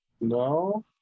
No